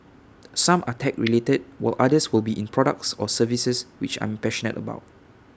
some are tech related while others will be in products or services which I'm passionate about